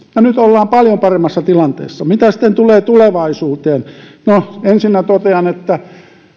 ja nyt ollaan paljon paremmassa tilanteessa mitä sitten tulee tulevaisuuteen no ensinnä totean että